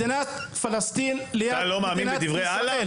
מדינת פלסטין ליד מדינת ישראל.